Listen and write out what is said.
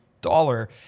dollar